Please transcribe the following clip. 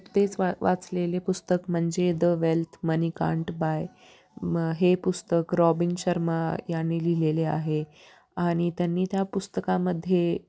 नुकतेच वा वाचलेले पुस्तक म्हणजे the wealth money can't buy म हे पुस्तक रॉबिन शर्मा यानी लिहिलेले आहे आणि त्यांनी त्या पुस्तकामध्ये